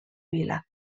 vila